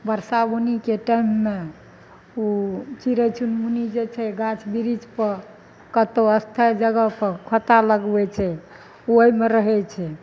बरसा बूनीके टाइममे ओ चिड़ै चुनमुनी जे छै गाछ बृक्षपर कतौ स्थायी जगह पर खोत्ता लगबै छै ओहिमे रहै छै